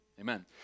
Amen